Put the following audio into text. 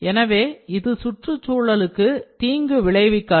எனவே இது சுற்றுச்சூழலுக்கு தீங்கு விளைவிக்காது